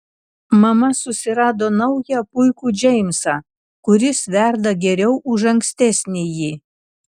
mama susirado naują puikų džeimsą kuris verda geriau už ankstesnįjį